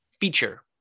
feature